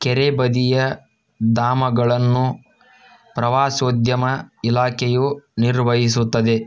ಕೆರೆ ಬದಿಯ ಧಾಮಗಳನ್ನು ಪ್ರವಾಸೋದ್ಯಮ ಇಲಾಖೆಯು ನಿರ್ವಹಿಸುತ್ತದೆ